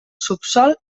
subsòl